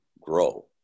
grow